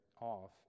off